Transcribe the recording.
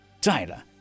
Tyler